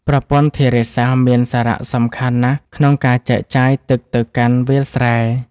ប្រព័ន្ធធារាសាស្ត្រមានសារៈសំខាន់ណាស់ក្នុងការចែកចាយទឹកទៅកាន់វាលស្រែ។